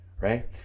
right